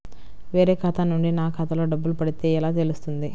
వేరే ఖాతా నుండి నా ఖాతాలో డబ్బులు పడితే ఎలా తెలుస్తుంది?